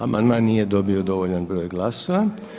Amandman nije dobio dovoljan broj glasova.